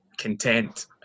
content